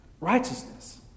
righteousness